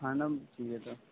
کھانا چاہیے تھا